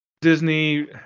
Disney